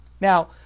Now